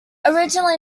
originally